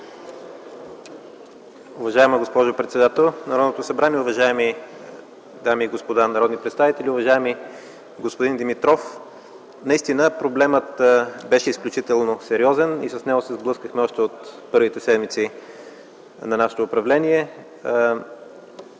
Уважаема госпожо председател на Народното събрание, уважаеми дами и господа народни представители! Уважаеми господин Димитров, наистина проблемът беше изключително сериозен и с него се сблъскахме още в първите седмици на нашето управление.